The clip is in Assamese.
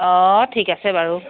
অ ঠিক আছে বাৰু